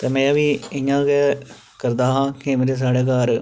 ते में बी इ'यां केह् करदा हा केईं बारी साढ़े घर